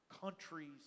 countries